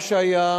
מה שהיה